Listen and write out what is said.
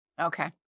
okay